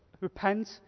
repent